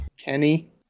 Kenny